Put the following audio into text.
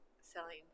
selling